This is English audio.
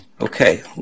Okay